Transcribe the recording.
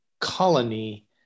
colony